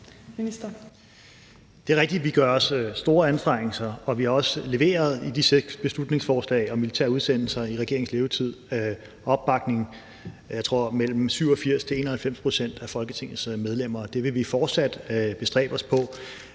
Det er rigtigt, at vi gør os store anstrengelser, og vi har i forbindelse med de seks beslutningsforslag om militære udsendelser i regeringens levetid også leveret en opbakning på, tror jeg, mellem 87 til 91 pct. af Folketingets medlemmer, og det vil vi fortsat bestræbe os på.